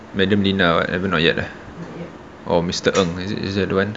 madam lina whatever not yet eh or mister ng is it is the other one